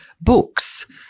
books